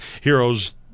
Heroes